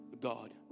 God